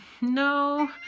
no